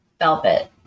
velvet